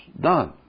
done